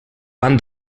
van